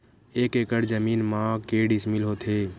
एक एकड़ जमीन मा के डिसमिल होथे?